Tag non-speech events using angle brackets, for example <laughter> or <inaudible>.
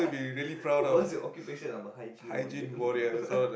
<laughs> what's your occupation I'm a hygiene warrior <laughs>